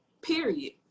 Period